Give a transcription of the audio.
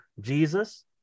Jesus